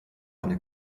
eine